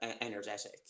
energetic